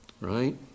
Right